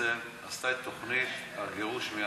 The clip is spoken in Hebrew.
בעצם עשתה את תוכנית הגירוש מעזה.